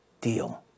Deal